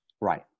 Right